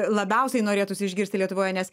labiausiai norėtųsi išgirsti lietuvoje nes